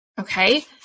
Okay